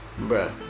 Bruh